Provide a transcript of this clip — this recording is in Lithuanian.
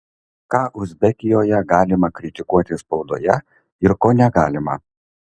ką uzbekijoje galima kritikuoti spaudoje ir ko negalima